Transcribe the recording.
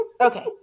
Okay